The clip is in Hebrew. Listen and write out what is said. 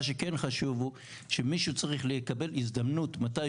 מה שכן חשוב הוא שמישהו צריך לקבל הזדמנות מתי